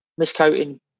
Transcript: miscoating